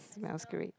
that was great